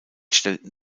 stellten